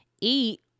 eat